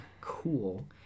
cool